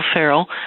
Farrell